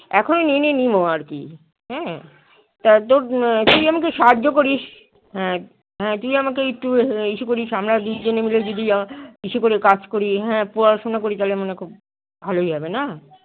এখনি নিয়ে নি নেবো আর কি হ্যাঁ তা তোর তুই আমাকে সাহায্য করিস হ্যাঁ হ্যাঁ তুই আমাকে এট্টু ইসে করিস আমরা দুই জনে মিলে যদি ইসে করে কাজ করি হ্যাঁ পড়াশুনা করি তাহলে মানে খুব ভালোই হবে না